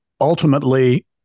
ultimately